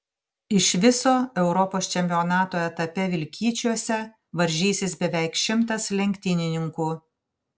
iš viso europos čempionato etape vilkyčiuose varžysis beveik šimtas lenktynininkų